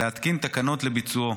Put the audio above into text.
להתקין תקנות לביצועו.